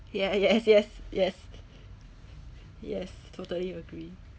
ya yes yes yes yes totally agree